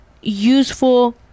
useful